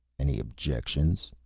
any objections?